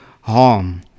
harm